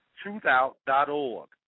Truthout.org